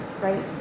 right